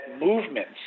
movements